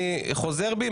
אני חוזר בי,